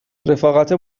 رفاقتا